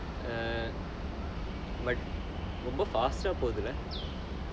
err but ரொம்ப:romba fast ah போதுலே:pothula